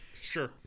Sure